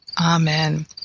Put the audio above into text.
Amen